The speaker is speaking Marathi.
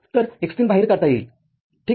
तर x३ बाहेर काढता येईल ठीक आहे